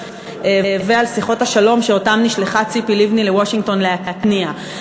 ועל שיחות השלום שאותן נשלחה ציפי לבני לוושינגטון להתניע.